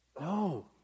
No